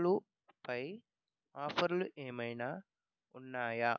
పప్పులు పై ఆఫర్లు ఏమైన ఉన్నాయా